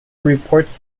reports